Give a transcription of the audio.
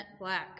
black